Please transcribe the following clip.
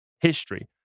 history